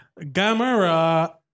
Gamera